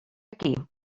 aquí